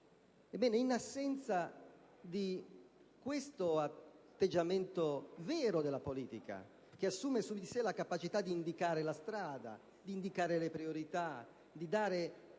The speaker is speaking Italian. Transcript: Ebbene, in assenza di questo atteggiamento vero della politica, che assuma su di sé la capacità di indicare la strada e le priorità e di dare